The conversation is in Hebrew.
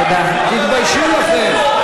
תתביישו לכם.